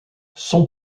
son